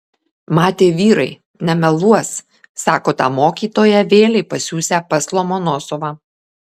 matė vyrai nemeluos sako tą mokytoją vėlei pasiųsią pas lomonosovą